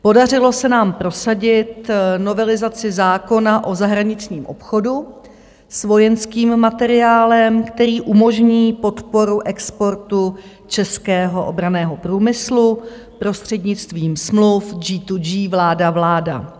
Podařilo se nám prosadit novelizaci zákona o zahraničním obchodu s vojenským materiálem, který umožní podporu exportu českého obranného průmyslu prostřednictvím smluv G2G, vládavláda.